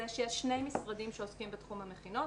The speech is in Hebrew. שיש שני משרדים שעוסקים בתחום המכינות,